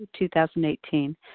2018